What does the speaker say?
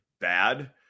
bad